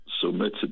submitted